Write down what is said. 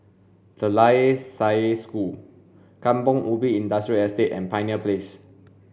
De La Salle School Kampong Ubi Industrial Estate and Pioneer Place